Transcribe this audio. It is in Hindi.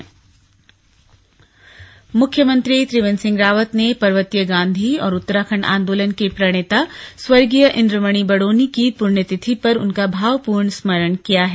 भावपूर्ण स्मरण मुख्यमंत्री त्रिवेन्द्र सिंह रावत ने पर्वतीय गांधी और उत्तराखण्ड आन्दोलन के प्रणेता स्वर्गीय इन्द्रमणि बडोनी की पुण्यतिथि पर उनका भावपूर्ण स्मरण किया है